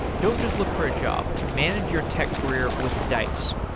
don't just look for a job, manage your tech career with dice.